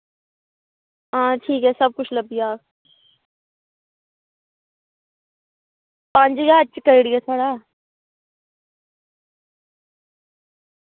हां ठीक ऐ सब कुश लब्भी जाह्ग पंज ज्हार च होई जाह्ग थुआढ़ा